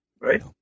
Right